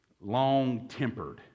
long-tempered